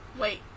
Wait